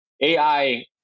AI